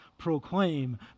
proclaim